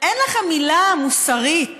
אין לכם מילה מוסרית